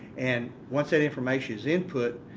and once that information is input,